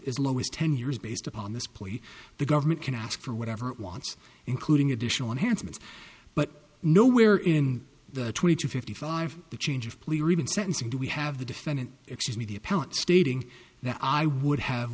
as ten years based upon this plea the government can ask for whatever it wants including additional enhancements but nowhere in the twenty to fifty five the change of plea or even sentencing do we have the defendant excuse me the appellant stating that i would have